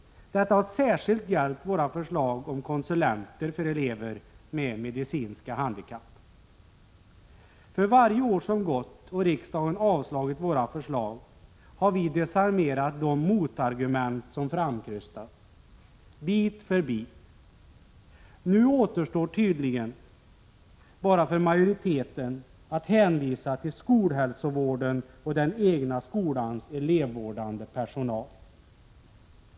Detta har särskilt gällt våra förslag om konsulenter för elever med medicinska handikapp. För varje år som gått då riksdagen avslagit våra förslag har vi desarmerat de motargument som framkrystats, bit för bit. Nu återstår för majoriteten tydligen bara att hänvisa till skolhälsovården och den egna skolans elevvårdande personal.